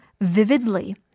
vividly